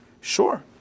sure